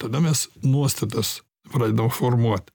tada mes nuostatas pradedam formuot